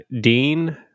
Dean